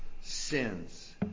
sins